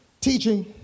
teaching